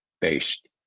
based